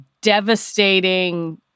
devastating